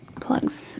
plugs